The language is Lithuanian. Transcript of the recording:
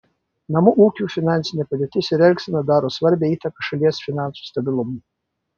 namų ūkių finansinė padėtis ir elgsena daro svarbią įtaką šalies finansų stabilumui